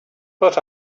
but